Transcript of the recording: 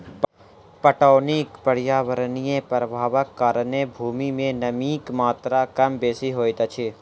पटौनीक पर्यावरणीय प्रभावक कारणेँ भूमि मे नमीक मात्रा कम बेसी होइत अछि